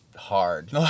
Hard